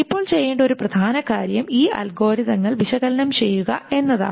ഇപ്പോൾ ചെയ്യേണ്ട ഒരു പ്രധാന കാര്യം ഈ അൽഗോരിതങ്ങൾ വിശകലനം ചെയ്യുക എന്നതാണ്